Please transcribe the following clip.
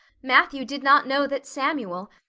matthew did not know that samuel,